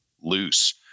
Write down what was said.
loose